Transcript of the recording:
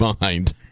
mind